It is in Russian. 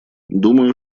думаю